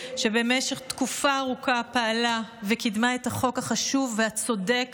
שבמשך תקופה ארוכה פעלה וקידמה את החוק החשוב והצודק